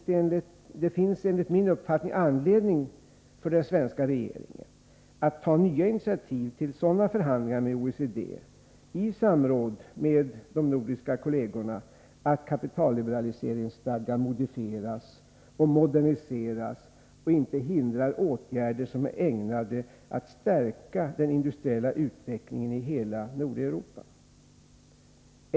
Det finns enligt min uppfattning anledning för den svenska regeringen att i samråd med de nordiska kollegerna ta nya initiativ till förhandlingar med OECD, syftande till att kapitalliberaliseringsstadgan modifieras och moderniseras, så att den inte hindrar åtgärder som är ägnade att stärka den industriella utvecklingen i hela Nordeuropa.